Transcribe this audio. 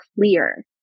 clear